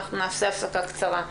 אנחנו נעשה הפסקה קצרה.